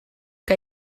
que